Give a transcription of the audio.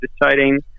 deciding